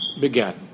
Began